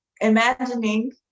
imagining